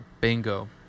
Bingo